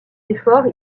efforts